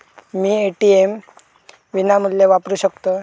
मी ATM विनामूल्य वापरू शकतय?